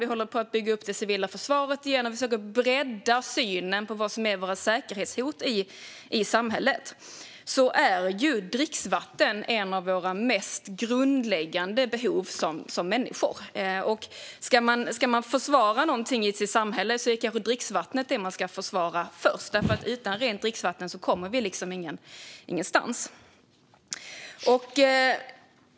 Vi håller på och bygger upp det civila försvaret igen och försöker bredda synen på vad som är säkerhetshot i vårt samhälle. Där är dricksvattnet ett av våra mest grundläggande behov som människor. Om det är något man ska försvara i sitt samhälle är det kanske dricksvattnet man ska förvara först, för utan rent dricksvatten kommer vi ingenstans.